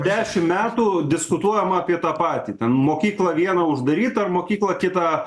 dešimt metų diskutuojam apie tą patį ten mokyklą vieną uždaryt ar mokyklą kitą